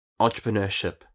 entrepreneurship